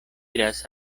iras